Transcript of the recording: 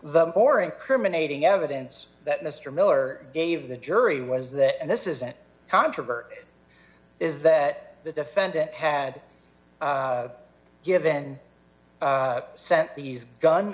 the or incriminating evidence that mr miller gave the jury was that and this isn't controvert is that the defendant had given sent these gun